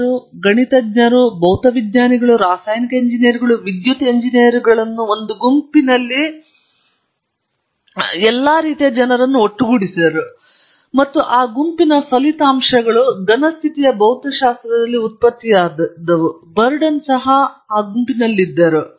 ಅವರು ಗಣಿತಜ್ಞರು ಭೌತವಿಜ್ಞಾನಿಗಳು ರಾಸಾಯನಿಕ ಎಂಜಿನಿಯರ್ಗಳು ವಿದ್ಯುತ್ ಎಂಜಿನಿಯರುಗಳನ್ನು ಒಂದು ಗುಂಪಿನಲ್ಲಿ ಎಲ್ಲಾ ರೀತಿಯ ಜನರನ್ನು ಒಟ್ಟುಗೂಡಿಸಿದರು ಮತ್ತು ಆ ಗುಂಪಿನ ಫಲಿತಾಂಶಗಳು ಘನ ಸ್ಥಿತಿಯ ಭೌತಶಾಸ್ತ್ರದಲ್ಲಿ ಉತ್ಪತ್ತಿಯಾದವು ಬರ್ಡೆನ್ ಸಹ ಆ ಗುಂಪಿನಲ್ಲಿದ್ದರು